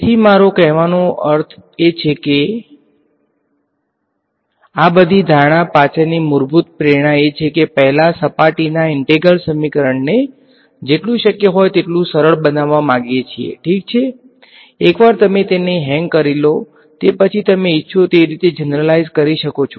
તેથી મારો કહેવાનો અર્થ એ છે કે આ બધી ધારણા પાછળની મૂળભૂત પ્રેરણા એ છે કે પહેલા સપાટીના ઈંટેગ્રલ સમીકરણને જેટલુ શક્ય હોય તેટલું સરળ બનાવવા માંગીએ છીએ ઠીક છે એકવાર તમે તેને હેંગ કરી લો તે પછી તમે ઇચ્છો તે રીતે જનરલાઈઝ કરી શકો છો